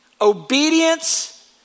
Obedience